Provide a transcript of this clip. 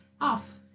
Off